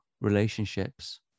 relationships